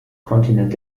kontinent